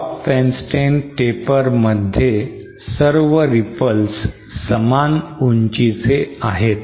Klopfenstein taper मध्ये सर्व ripples समान उंचीचे आहेत